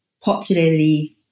popularly